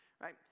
right